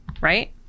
Right